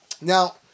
Now